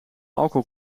alcohol